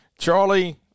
Charlie